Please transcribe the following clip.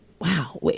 wow